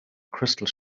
crystal